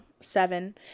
seven